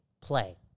play